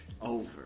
Over